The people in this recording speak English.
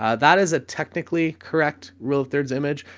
ah that is a technically correct rule of thirds image.